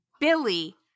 Billy